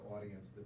audience